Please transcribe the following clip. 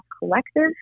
Collective